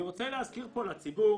אני רוצה להזכיר לציבור